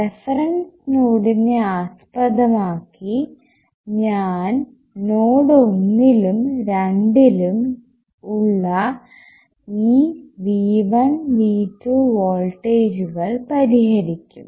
reference നോഡിനെ ആസ്പദമാക്കി ഞാൻ നോഡ് ഒന്നിലും രണ്ടിലും ഉള്ള ഈ V1 V2 വോൾട്ടേജുകൾ പരിഹരിക്കും